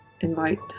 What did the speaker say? Invite